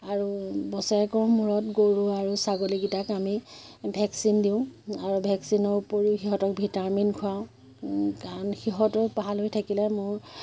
আৰু বছৰেকৰ মূৰত গৰু আৰু ছাগলীকেইটাক আমি ভেকচিন দিওঁ আৰু ভেকচিনৰ উপৰিও সিহঁতক ভিটামিন খুৱাওঁ কাৰণ সিহঁতো ভালহৈ থাকিলে মোৰ